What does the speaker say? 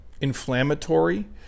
inflammatory